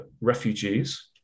refugees